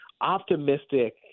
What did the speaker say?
optimistic